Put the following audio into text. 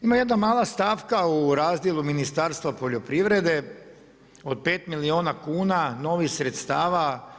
Ima jedna mala stavka u razdjelu Ministarstva poljoprivrede od pet milijuna kuna novih sredstava.